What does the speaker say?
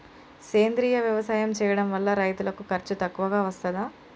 సేంద్రీయ వ్యవసాయం చేయడం వల్ల రైతులకు ఖర్చు తక్కువగా వస్తదా?